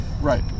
Right